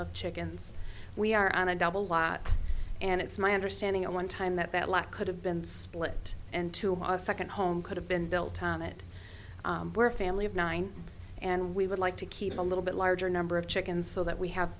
of chickens we are on a double lot and it's my understanding of one time that that lot could have been split into a second home could have been built on it were a family of nine and we would like to keep a little bit larger number of chickens so that we have